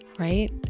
right